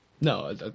No